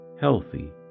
healthy